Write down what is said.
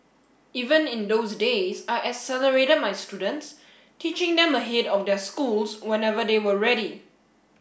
even in those days I accelerated my students teaching them ahead of their schools whenever they were ready